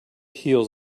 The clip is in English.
heels